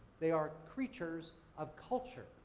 they are creatures of culture,